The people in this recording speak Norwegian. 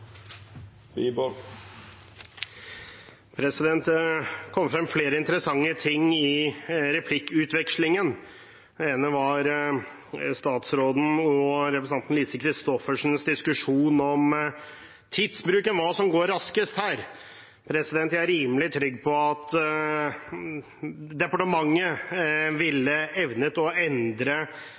representanten Lise Christoffersens diskusjon om tidsbruken – hva som går raskest her. Jeg er rimelig trygg på at departementet ville evnet å endre